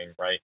right